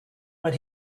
but